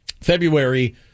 February